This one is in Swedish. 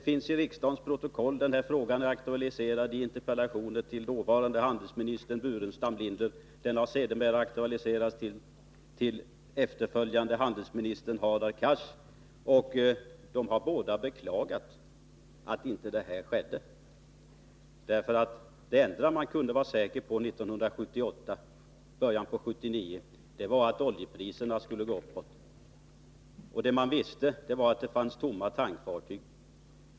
Av riksdagens protokoll kan man se att frågan aktualiserades i interpellationer till dåvarande handelsministern Burenstam Linder och sedermera till den efterföljande handelsministern Hadar Cars. De har båda beklagat att man inte gjorde uppköp och lagrade olja. Något som man under 1978 och i början av 1979 kunde vara säker på beträffande oljepriserna var att de skulle gå uppåt. Vad man också visste var att det fanns tomma tankfartyg.